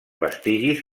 vestigis